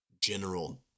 general